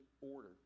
order